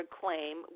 claim